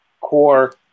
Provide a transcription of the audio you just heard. core